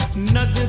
not